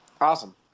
Awesome